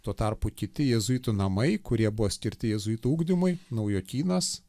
tuo tarpu kiti jėzuitų namai kurie buvo skirti jėzuitų ugdymui naujokynas